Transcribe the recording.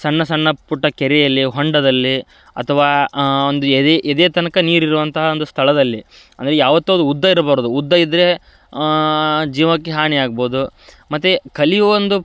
ಸಣ್ಣ ಸಣ್ಣ ಪುಟ್ಟ ಕೆರೆಯಲ್ಲಿ ಹೊಂಡದಲ್ಲಿ ಅಥವಾ ಒಂದು ಎದೆ ಎದೆ ತನಕ ನೀರಿರುವಂತಹ ಒಂದು ಸ್ಥಳದಲ್ಲಿ ಅಂದರೆ ಯಾವತ್ತೂ ಅದು ಉದ್ದ ಇರಬಾರ್ದು ಉದ್ದ ಇದ್ದರೆ ಜೀವಕ್ಕೆ ಹಾನಿಯಾಗ್ಬೋದು ಮತ್ತು ಕಲಿಯುವ ಒಂದು